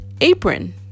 apron